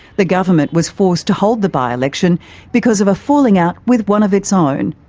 the government was forced to hold the by-election because of a falling out with one of its own.